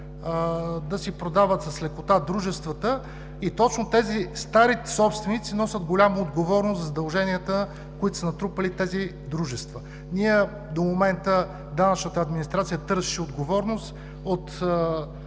да си продават с лекота дружествата и точно тези стари собственици носят голяма отговорност за задълженията, които са натрупали такива дружества. До момента данъчната администрация търсеше отговорност от